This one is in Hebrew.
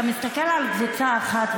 אתה מסתכל על קבוצה אחת,